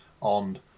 on